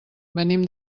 venim